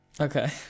Okay